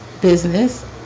business